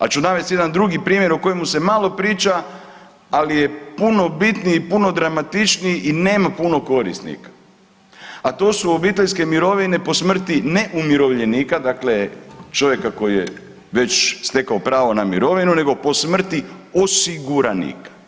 Ali ću navesti jedan drugi primjer o kojemu se malo priča, ali je puno bitniji i puno dramatičniji i nema puno korisnika, a to su obiteljske mirovine po smrti ne umirovljenika, dakle čovjeka koji je već stekao pravo na mirovinu nego po smrti osiguranika.